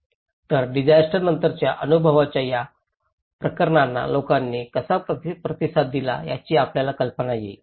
तर डिसास्टर नंतरच्या अनुभवांच्या या प्रकारांना लोकांनी कसा प्रतिसाद दिला याची आपल्याला कल्पना येईल